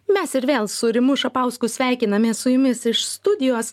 mes ir vėl su rimu šapausku sveikinamės su jumis iš studijos